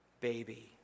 baby